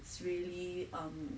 it's really um